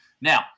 Now